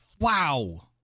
Wow